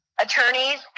attorneys